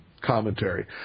commentary